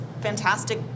fantastic